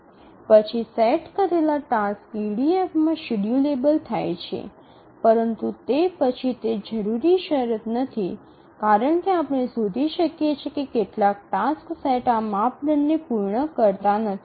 પછી સેટ કરેલા ટાસક્સ ઇડીએફમાં શેડ્યૂલેબલ થાય છે પરંતુ તે પછી તે જરૂરી શરત નથી કારણ કે આપણે શોધી શકીએ કે કેટલાક ટાસ્ક સેટ આ માપદંડને પૂર્ણ કરતા નથી